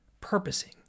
purposing